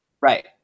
Right